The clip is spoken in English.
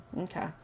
Okay